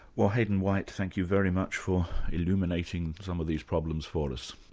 well hayden white, thank you very much for illuminating some of these problems for us.